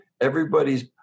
everybody's